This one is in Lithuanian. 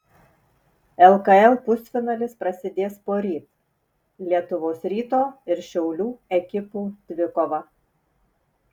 lkl pusfinalis prasidės poryt lietuvos ryto ir šiaulių ekipų dvikova